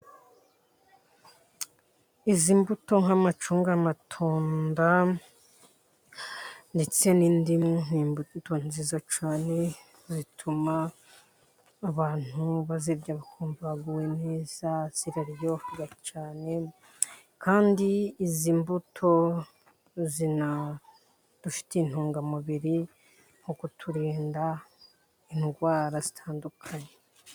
Izi mbuto nk'amacunga, amatunda ndetse n'indimu, ni imbuto nziza cyane zituma abantu bazirya bakumva baguwe neza. Ziraryoha cyane, kandi izi mbuto zinadufitiye intungamubiri mu kuturinda indwara zitandukanye.